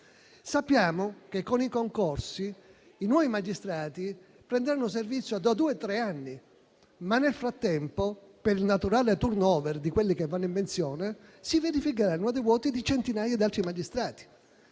Sappiamo che con i concorsi i nuovi magistrati prenderanno servizio tra due o tre anni, ma nel frattempo, per il naturale *turnover* a seguito dei pensionamenti, si verificheranno dei vuoti di centinaia di altri magistrati.